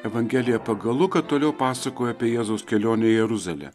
evangelija pagal luką toliau pasakoja apie jėzaus kelionę į jeruzalę